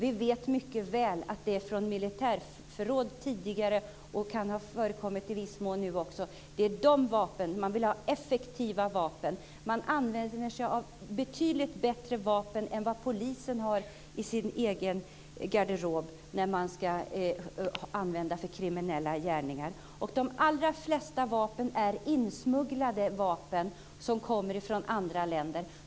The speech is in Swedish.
Vi vet mycket väl att det tidigare har varit - det kan i viss mån ha förekommit nu också - fråga om vapen från militärförråd. Det är dessa vapen det handlar om. Man vill ha effektiva vapen. Man använder sig av vapen som är betydligt bättre än polisens för kriminella gärningar. Och de allra flesta vapnen är insmugglade från andra länder.